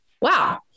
Wow